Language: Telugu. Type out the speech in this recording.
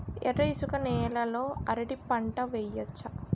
ఎర్ర ఇసుక నేల లో అరటి పంట వెయ్యచ్చా?